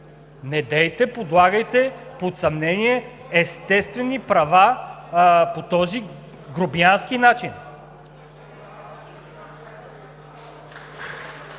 Недейте подлагайте под съмнение естествени права по този грубиянски начин!